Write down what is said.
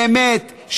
באמת,